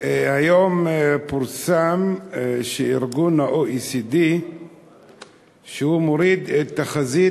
היום פורסם שה-OECD מוריד את תחזית